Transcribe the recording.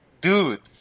Dude